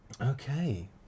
Okay